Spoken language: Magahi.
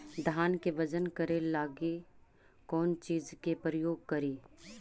धान के बजन करे लगी कौन चिज के प्रयोग करि?